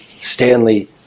Stanley